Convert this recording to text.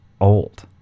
Old